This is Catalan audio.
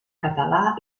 català